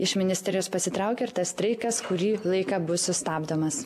iš ministerijos pasitraukė ir tas streikas kurį laiką bus sustabdomas